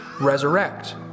resurrect